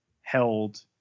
held